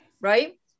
right